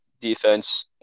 defense